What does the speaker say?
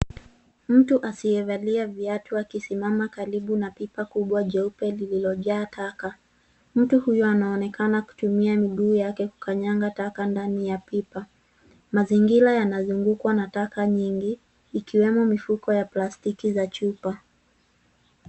Mtu asiyevaa viatu akisimama karibu na pipa kubwa jeupe, lililojaa taka. Mtu huyu anaonekana kutumia miguu yake kukanyaga taka ndani ya pipa. Mazingira yanazungukwa na taka nyingi, ikiwemo mifuko ya plastiki na chupa.